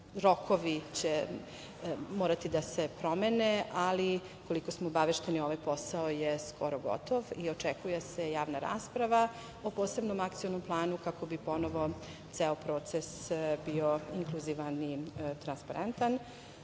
rokovi će morati da se promene, ali koliko smo obavešteni ovaj posao je skoro gotov i očekuje se javna rasprava o posebnom akcionom planu, kako bi ponovo ceo proces bio inkluzivan i transparentan.